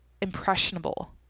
impressionable